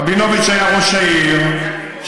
רבינוביץ' היה ראש העיר,